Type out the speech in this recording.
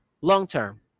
long-term